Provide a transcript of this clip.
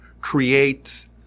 create